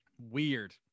weird